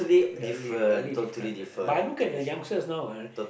really really different ah but I look at the youngster now ah